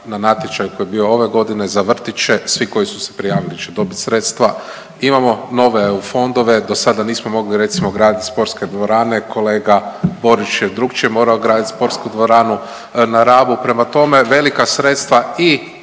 na natječaju koji je bio ove godine za vrtiće svi koji su se prijavili će dobiti sredstva. Imamo nove EU fondove. Do sada nismo mogli recimo graditi sportske dvorane. Kolega Borić je drukčije morao graditi sportsku dvoranu na Rabu, prema tome velika sredstva i